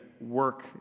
work